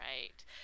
Right